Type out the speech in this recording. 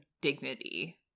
dignity